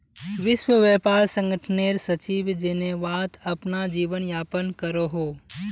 विश्व व्यापार संगठनेर सचिव जेनेवात अपना जीवन यापन करोहो